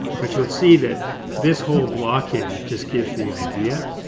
but you'll see that this whole block-in just gives the idea.